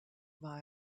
war